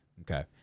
Okay